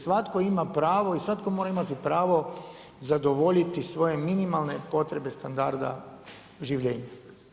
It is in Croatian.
Svatko ima pravo i svatko mora imati pravo zadovoljiti svoje minimalne potrebe standarda življenja.